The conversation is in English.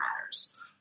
matters